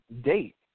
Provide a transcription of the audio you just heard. date